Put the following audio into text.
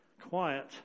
quiet